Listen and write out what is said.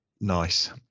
Nice